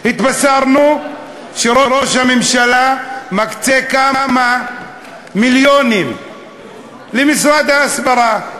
התבשרנו שראש הממשלה מקצה כמה מיליונים למשרד ההסברה.